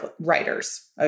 writers